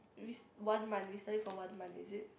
with one month we studied for one month is it